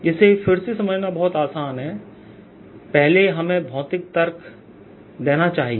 जिसे फिर से समझना बहुत आसान है पहले हमें भौतिक तर्क देना चाहिए